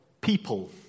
people